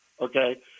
okay